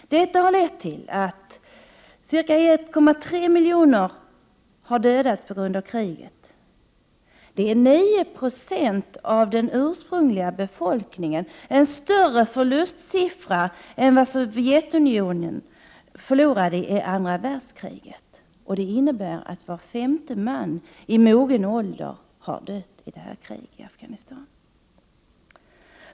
Detta har lett till att ca 1,3 miljoner människor dödats på grund av kriget. Det är 9 926 av den ursprungliga befolkningen — alltså mer än vad Sovjetunionen förlorade under andra världskriget. Det innebär att var femte man i mogen ålder har dött i kriget i Afghanistan.